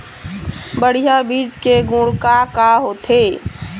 बढ़िया बीज के गुण का का होथे?